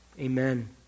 Amen